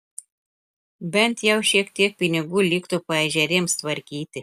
bent jau šiek tiek pinigų liktų paežerėms tvarkyti